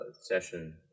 session